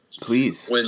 Please